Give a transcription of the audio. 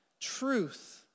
truth